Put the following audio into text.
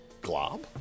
Glob